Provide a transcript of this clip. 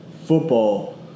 football